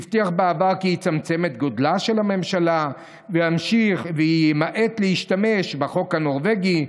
שהבטיח בעבר כי יצמצם את גודלה של הממשלה וימעט להשתמש בחוק הנורבגי,